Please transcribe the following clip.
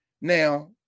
Now